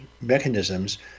mechanisms